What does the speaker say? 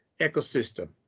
ecosystem